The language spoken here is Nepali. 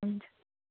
हुन्छ